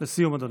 לסיום, אדוני.